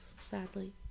sadly